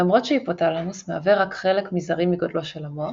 למרות שההיפותלמוס מהווה רק חלק מזערי מגודלו של המוח,